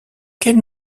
quelle